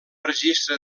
registre